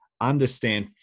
understand